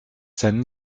sein